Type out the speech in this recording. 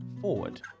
forward